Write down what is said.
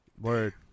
Word